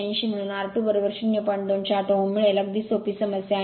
208 ओहेम मिळेल अगदी सोपी समस्या आहे